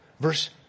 Verse